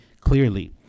clearly